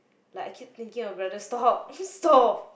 like I keep thinking of rather stop stop